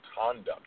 conduct